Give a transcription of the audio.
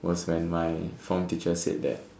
was when my form teacher said that